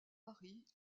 paris